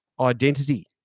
identity